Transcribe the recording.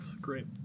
Great